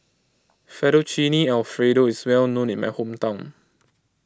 Fettuccine Alfredo is well known in my hometown